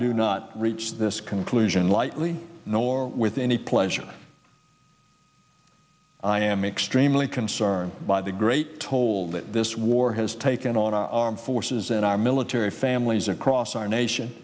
do not reach this conclusion lightly nor with any pleasure i am extremely concerned by the great toll that this war has taken on armed forces and our military families across our nation